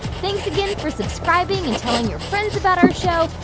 thanks again for subscribing and telling your friends about our show.